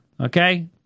Okay